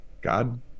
God